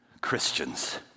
Christians